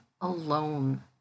alone